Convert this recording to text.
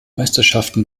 meisterschaften